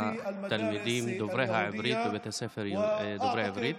לתלמידים דוברי העברית בבתי הספר דוברי העברית.